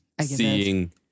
seeing